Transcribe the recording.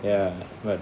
ya but